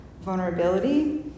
vulnerability